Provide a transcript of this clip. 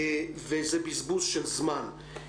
וזה בזבוז של זמן.